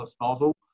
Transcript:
nozzle